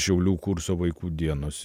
šiaulių kurso vaikų dienos ir